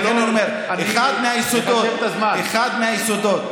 חוץ מהכותרת: